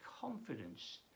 confidence